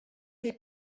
des